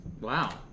Wow